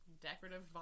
Decorative